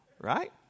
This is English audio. Right